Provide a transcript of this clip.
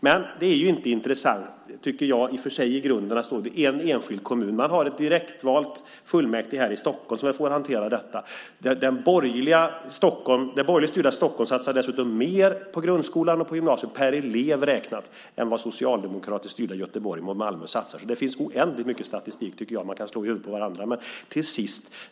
I och för sig är det inte, tycker jag, i grunden intressant att ta en enskild kommun. Stockholms direktvalda fullmäktige får väl hantera detta. Det borgerligt styrda Stockholm satsar dessutom mer på grundskolan och gymnasiet per elev räknat än vad socialdemokratiskt styrda Göteborg och Malmö satsar. Det finns, tycker jag, oändligt mycket statistik att slå i huvudet på varandra.